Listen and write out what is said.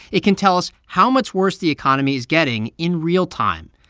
it can tell us how much worse the economy is getting in real time,